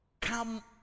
come